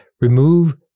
remove